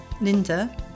linda